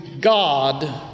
God